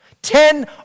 Ten